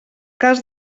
cas